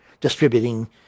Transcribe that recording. distributing